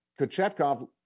Kachetkov